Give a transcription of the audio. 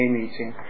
meeting